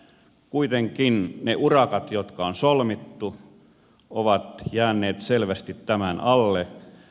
kuitenkin ne urakat jotka on solmittu ovat jääneet selvästi tämän alle